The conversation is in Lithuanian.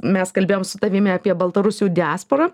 mes kalbėjom su tavimi apie baltarusių diasporą